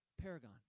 Paragon